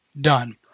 Done